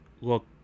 look